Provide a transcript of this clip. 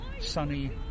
sunny